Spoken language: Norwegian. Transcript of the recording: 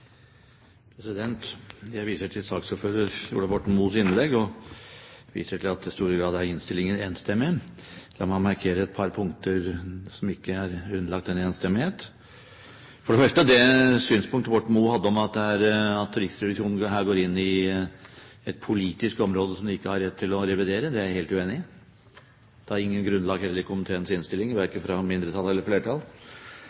enstemmig. La meg markere et par punkter som ikke er underlagt denne enstemmigheten, for det første det synspunktet Borten Moe hadde om at Riksrevisjonen her går inn i et politisk område som de ikke har rett til å revidere. Det er jeg helt uenig i. Det er heller ikke grunnlag i komiteens innstilling,